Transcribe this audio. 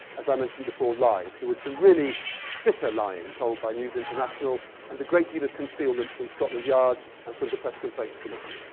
as i mentioned before, lies. there was some really bitter lying told by news international and a great deal of concealment from scotland yard and from the press complaints commission.